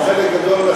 או חלק גדול,